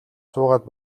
суугаад